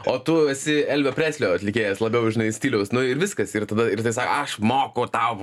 o tu esi elvio preslio atlikėjas labiau žinai stiliaus nu ir viskas ir tada ir tai sa aš moku tau